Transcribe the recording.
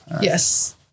Yes